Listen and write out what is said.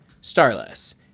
Starless